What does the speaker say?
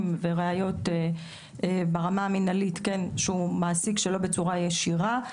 וראיות ברמה המנהלית שהוא כן מעסיק שלא בצורה ישירה,